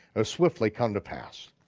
ah swiftly come to pass.